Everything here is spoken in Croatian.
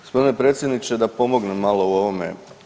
Gospodine predsjedniče, da pomognem malo u ovome.